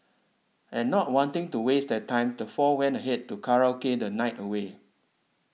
and not wanting to waste their time the four went ahead to karaoke the night away